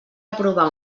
aprovar